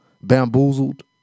Bamboozled